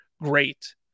great